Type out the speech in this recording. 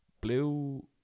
blue